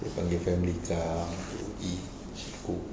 panggil family come eat she cook